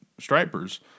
stripers